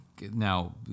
Now